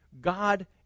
God